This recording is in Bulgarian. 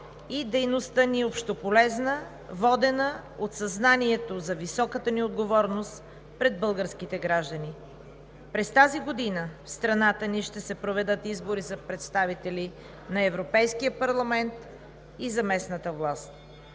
и дейността ни – общополезна, водена от съзнанието за високата ни отговорност пред българските граждани. През тази година в страната ни ще се проведат избори за представители на Европейския парламент и за местната власт.